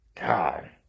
God